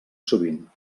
sovint